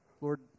Lord